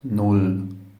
nan